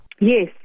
Yes